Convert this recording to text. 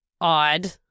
odd